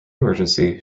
emergency